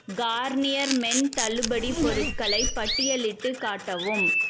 Garnier men தள்ளுபடிப் பொருட்களை பட்டியலிட்டுக் காட்டவும்